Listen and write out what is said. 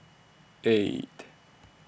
eight